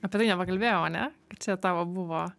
apie tai nepakalbėjau ane kad čia tavo buvo